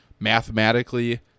mathematically